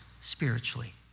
spiritually